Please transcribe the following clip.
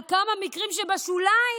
על כמה מקרים בשוליים,